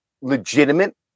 legitimate